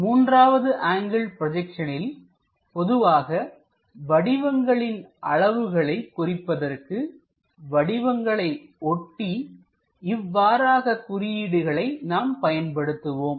3வது ஆங்கிள் ப்ஜெக்சனில் பொதுவாக வடிவங்களின் அளவுகளை குறிப்பதற்கு வடிவங்களை ஒட்டி இவ்வாறான குறியீடுகளை நாம் பயன்படுத்துவோம்